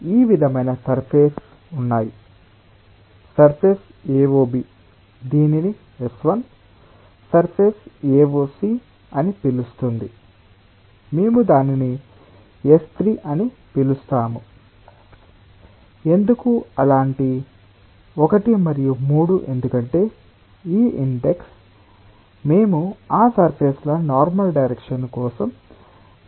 కాబట్టి ఈ విధమైన సర్ఫేస్ ఉన్నాయి సర్ఫేస్ AOB దీనిని S1 సర్ఫేస్ AOC అని పిలుస్తుంది మేము దానిని S3 అని పిలుస్తాము ఎందుకు అలాంటి 1 మరియు 3 ఎందుకంటే ఈ ఇండెక్స్ మేము ఆ సర్ఫేస్ ల నార్మల్ డైరెక్షన్ కోసం సంరక్షించడానికి ప్రయత్నిస్తున్నాము